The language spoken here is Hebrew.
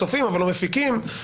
צופים, אבל לא מפיקים.